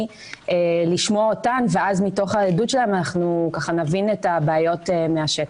לשמוע אותן ומתוך העדות שלהן נבין את הבעיות מהשטח.